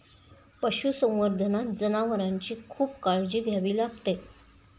पशुसंवर्धनात जनावरांची खूप काळजी घ्यावी लागते